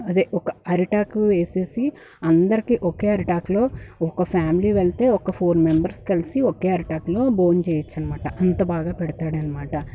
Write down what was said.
అదే ఒక అరిటాకు వేసేసి అందరికీ ఒకే అరిటాకులో ఒక ఫ్యామిలీ వెళితే ఒక ఫోర్ మెంబర్స్ కలిసి ఒకే అరిటాకులో భోంచేయచ్చనమాట అంత బాగా పెడతాడనమాట